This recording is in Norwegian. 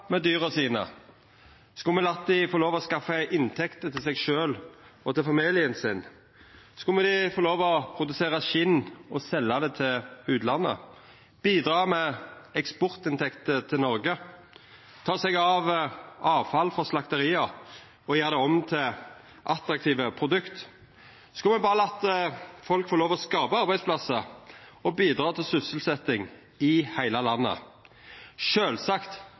skaffa inntekter til seg sjølve og til familien sin? Skulle me late dei få lov til å produsera skinn og selja det til utlandet, bidra med eksportinntekter til Noreg, ta seg av avfall frå slakteria og gjera det om til attraktive produkt? Skulle me berre late folk få lov til å skapa arbeidsplassar og bidra til sysselsetjing i heile landet? Sjølvsagt